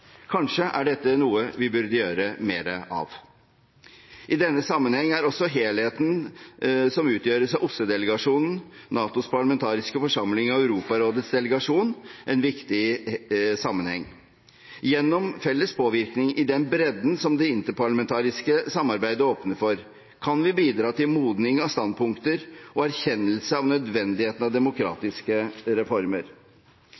Kanskje er dette noe vi burde gjøre mer av. I denne sammenheng er også den helheten som utgjøres av OSSE-delegasjonen, NATOs parlamentariske forsamling og Europarådets delegasjon, viktig. Gjennom felles påvirkning i den bredden som det interparlamentariske samarbeidet åpner for, kan vi bidra til modning av standpunkter og erkjennelse av nødvendigheten av demokratiske reformer.